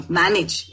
manage